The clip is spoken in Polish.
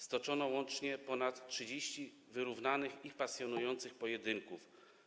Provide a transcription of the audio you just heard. Stoczono łącznie ponad 30 wyrównanych i pasjonujących pojedynków.